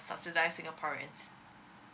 subsidies singaporean